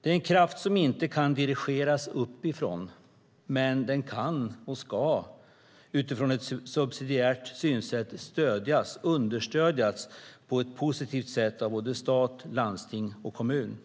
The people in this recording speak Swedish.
Det är en kraft som inte kan dirigeras uppifrån men den kan och ska, utifrån ett subsidiärt synsätt, understödjas på ett positivt sätt av stat, landsting och kommun.